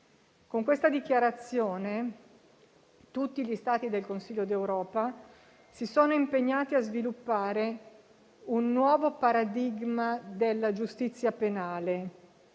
Con questa Dichiarazione tutti gli Stati del Consiglio d'Europa si sono impegnati a sviluppare un nuovo paradigma della giustizia penale,